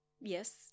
Yes